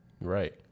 right